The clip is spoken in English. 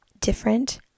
different